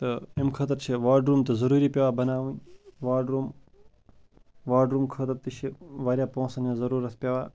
تہٕ أمۍ خٲطرٕ چھِ واڈروٗم تہٕ ضٔروٗری پٮ۪وان بَناوٕنۍ واڈروٗم واڈروٗم خٲطرٕ تہِ چھِ واریاہ پونٛسَن ہٕنٛز ضٔروٗرَت پٮ۪وان